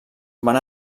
van